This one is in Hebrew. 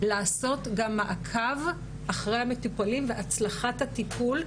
לעשות גם מעקב אחרי המטופלים בהצלחת הטיפול,